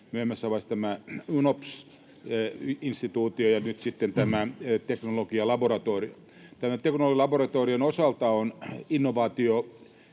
myöhemmässä vaiheessa tämä UNOPS-instituutio ja nyt tämä teknologialaboratorio. Tämän teknologialaboratorion osalta ovat